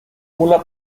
mulas